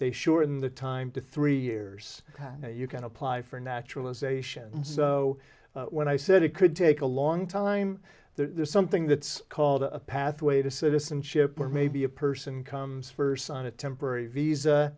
they sure in the time to three years you can apply for naturalization so when i said it could take a long time there's something that's called a pathway to citizenship or maybe a person comes first on a temporary visa